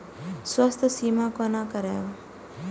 स्वास्थ्य सीमा कोना करायब?